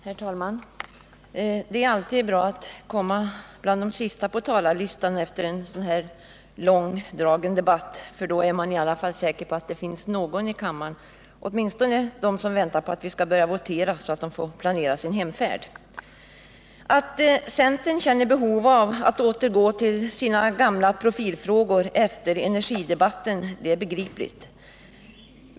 Herr talman! Det är alltid bra att komma bland de sista på talarlistan efter en Fredagen den så här långdragen debatt, för då är man i alla fall säker på att det finns några i 15 december 1978 kammaren —-åtminstone de som väntar på att vi skall votera så att de kan börja planera sin hemfärd. Att centern känner behov av att återgå till sina gamla profilfrågor efter energidebatten är begripligt.